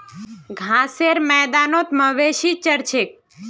घासेर मैदानत मवेशी चर छेक